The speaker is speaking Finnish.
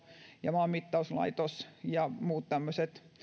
ja maanmittauslaitos ja muut tämmöiset